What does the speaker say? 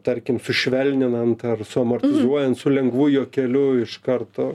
tarkim sušvelninant ar su amortizuojant su lengvu juokeliu iš karto